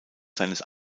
seines